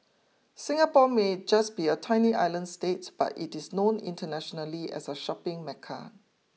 Singapore may just be a tiny island state but it is known internationally as a shopping mecca